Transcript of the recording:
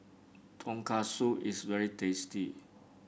tonkatsu is very tasty